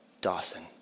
Dawson